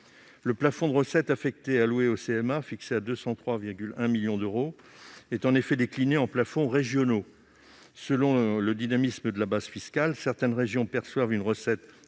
Le plafond de recettes affectées allouées aux CMA, fixé à 203,1 millions d'euros, est en effet décliné en plafonds régionaux : selon le dynamisme de la base fiscale, certaines régions perçoivent une recette